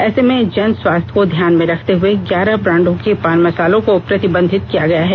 ऐसे में जन स्वास्थ्य को ध्यान में रखते हुए ग्यारह ब्रांडों के पान मसालों को प्रतिबंधित किया गया है